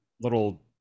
little